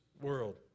world